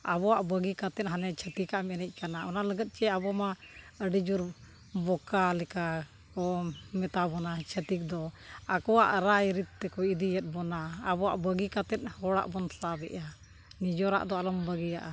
ᱟᱵᱚᱣᱟᱜ ᱵᱟᱹᱜᱤ ᱠᱟᱛᱮ ᱦᱟᱱᱮ ᱪᱷᱟᱹᱛᱤᱠᱟᱜ ᱮᱢ ᱮᱱᱮᱡ ᱠᱟᱱᱟ ᱚᱱᱟ ᱞᱟᱹᱜᱤᱫ ᱥᱮ ᱟᱵᱚ ᱢᱟ ᱟᱹᱰᱤ ᱡᱳᱨ ᱵᱚᱠᱟ ᱞᱮᱠᱟ ᱠᱚ ᱢᱮᱛᱟ ᱵᱚᱱᱟ ᱪᱷᱟᱹᱛᱤᱠ ᱫᱚ ᱟᱠᱚᱣᱟᱜ ᱨᱟᱭ ᱨᱤᱛ ᱛᱮᱠᱚ ᱤᱫᱤᱭᱮᱫ ᱵᱚᱱᱟ ᱟᱵᱚᱣᱟᱜ ᱵᱟᱹᱜᱤ ᱠᱟᱛᱮᱫ ᱦᱚᱲᱟᱜ ᱵᱚᱱ ᱥᱟᱵ ᱮᱫᱟ ᱱᱤᱡᱮᱨᱟᱜ ᱫᱚ ᱟᱞᱚᱢ ᱵᱟᱹᱜᱤᱭᱟᱜᱼᱟ